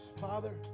Father